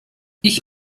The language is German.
ich